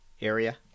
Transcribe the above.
area